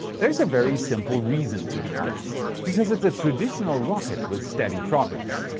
there's a very simple reason to be honest. because it's a traditional rocket with steady progress.